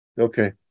Okay